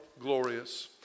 glorious